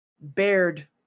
bared